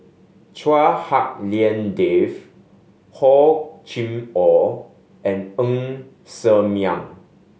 Chua Hak Lien Dave Hor Chim Or and Ng Ser Miang